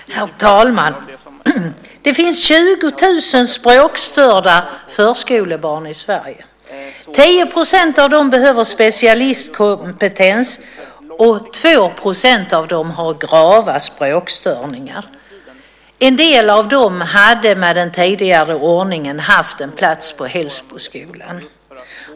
Herr talman! Det finns 20 000 språkstörda förskolebarn i Sverige. 10 % av dem behöver specialistkompetens, och 2 % av dem har grava språkstörningar. En del av dem hade med den tidigare ordningen haft en plats på Hällsboskolan.